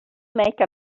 make